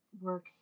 work